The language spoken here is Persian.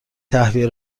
تهویه